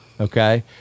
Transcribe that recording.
Okay